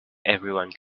everyone